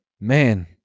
man